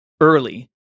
early